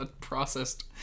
processed